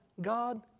God